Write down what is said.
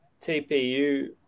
TPU